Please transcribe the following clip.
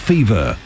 Fever